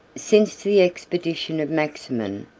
since the expedition of maximin,